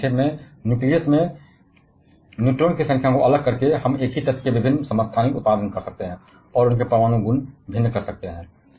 इसलिए नाभिक में न्यूट्रॉन की संख्या को अलग करके संक्षेप में हम एक ही तत्व के विभिन्न समस्थानिकों का उत्पादन कर सकते हैं और उनके परमाणु गुणों को भिन्न कर सकते हैं